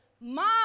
Mom